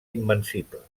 invencible